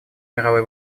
мировой